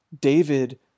David